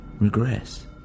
Regress